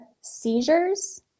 seizures